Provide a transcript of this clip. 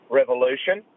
revolution